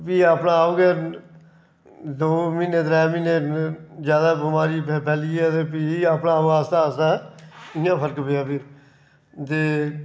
फ्ही अपने आप गै दो म्हीनें त्रै म्हीनें जैदा बमारी फैली ऐ ते फ्ही अपने आप आस्तै आस्तै इ'यां फर्क पेआ फिर ते